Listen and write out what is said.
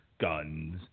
guns